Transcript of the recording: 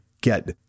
get